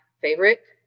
favorite